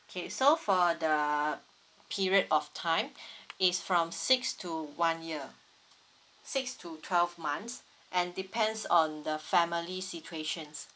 K so for the period of time it's from six to one year six to twelve months and depends on the family situations